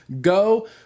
go